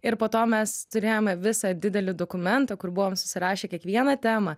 ir po to mes turėjome visą didelį dokumentą kur buvom susirašę kiekvieną temą